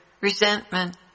resentment